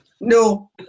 No